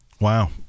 Wow